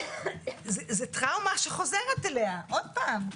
זאת טראומה שחוזרת אליה עוד פעם.